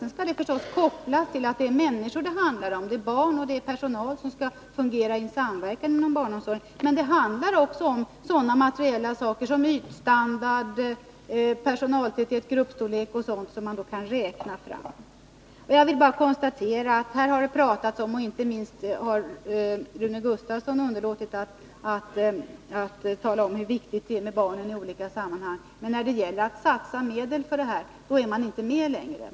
Sedan skall den förstås kopplas till att det handlar om människor: barn och personal skall fungera i samverkan inom barnomsorgen. Men det handlar också om sådana saker som ytstandard, personaltäthet, gruppstorlek, som man kan räkna fram. Här har inte minst Rune Gustavsson talat om hur viktigt det är med barn i olika sammanhang, men när det gäller att anslå medel är man inte med längre.